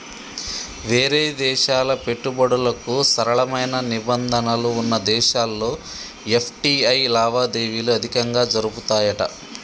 వేరే దేశాల పెట్టుబడులకు సరళమైన నిబంధనలు వున్న దేశాల్లో ఎఫ్.టి.ఐ లావాదేవీలు అధికంగా జరుపుతాయట